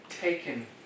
taken